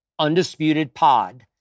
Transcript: undisputedpod